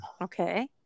Okay